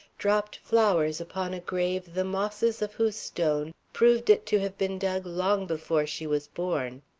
dropped flowers upon a grave the mosses of whose stone proved it to have been dug long before she was born.